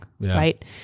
right